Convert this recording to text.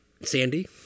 Sandy